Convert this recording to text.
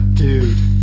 dude